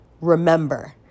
remember